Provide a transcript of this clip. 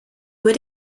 über